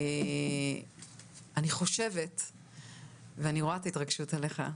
אני רואה את ההתרגשות שלך,